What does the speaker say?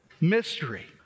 mystery